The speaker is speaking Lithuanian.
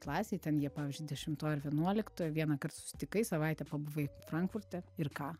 klasėj ten jie pavyzdžiui dešimtoj ir vienuoliktoj vienąkart susitikai savaitę pabuvai frankfurte ir ką